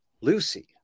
Lucy